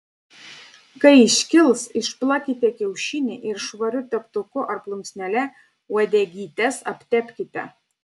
kai iškils išplakite kiaušinį ir švariu teptuku ar plunksnele uodegytes aptepkite